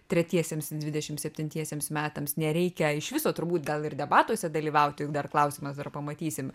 tretiesiems dvidešimt septintiesiems metams nereikia iš viso turbūt gal ir debatuose dalyvauti juk dar klausimas dar pamatysim